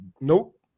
Nope